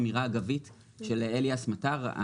אמירה אגבית של אליאס מטר,